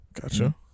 gotcha